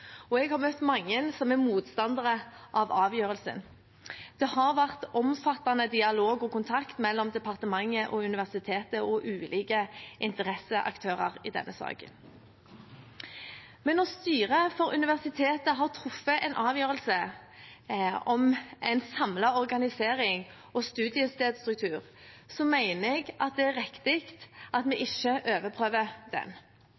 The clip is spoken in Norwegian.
Jeg har møtt mange som er motstandere av avgjørelsen, og det har vært omfattende dialog og kontakt mellom departementet og universitetet og ulike interesseaktører i denne saken. Men når styret for universitetet har truffet en avgjørelse om en samlet organisering og studiestedsstruktur, mener jeg det er riktig at vi ikke overprøver den. Jeg mener også at det er i overenstemmelse med den